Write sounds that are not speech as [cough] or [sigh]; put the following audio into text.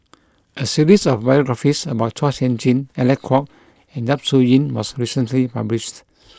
a series of biographies about Chua Sian Chin Alec Kuok and Yap Su Yin was recently published [noise]